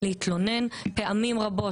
התשפ"ב-2022,